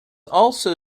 also